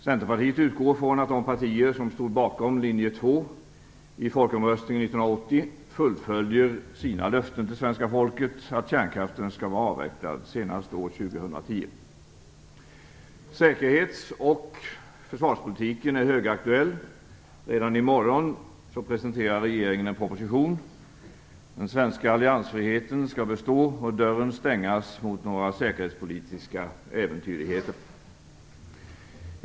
Centerpartiet utgår från att de partier som stod bakom linje 2 i folkomröstningen 1980 fullföljer sitt löfte till svenska folket att kärnkraften skall vara avvecklad senast år 2010. Säkerhets och försvarspolitiken är högaktuell. Redan i morgon presenterar regeringen en proposition. Den svenska alliansfriheten skall bestå och dörren stängas mot säkerhetspolitiska äventyrligheter.